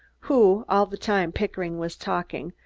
who, all the time pickering was talking,